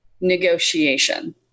negotiation